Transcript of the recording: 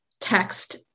text